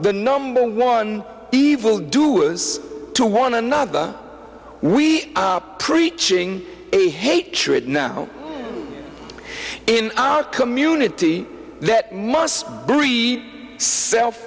the number one evil doers to one another we preaching a hatred now in our community that must breed self